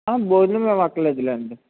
భోజనం ఏం అక్కర్లేదు లేండి